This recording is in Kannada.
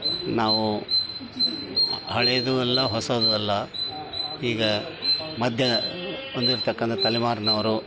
ನಾವು ಹಳೆದು ಅಲ್ಲ ಹೊಸದು ಅಲ್ಲ ಈಗ ಮಧ್ಯ ಹೊಂದಿರ್ತಕ್ಕಂತ ತಲೆಮಾರಿನವ್ರು